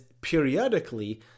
periodically